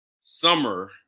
Summer